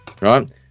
right